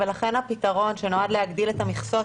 ולכן הפתרון שנועד להגדיל את המכסות